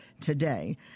today